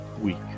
week